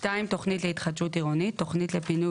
(2) "תוכנית להתחדשות עירונית" תוכנית לפינוי